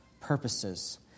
purposes